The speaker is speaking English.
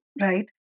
right